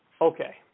Okay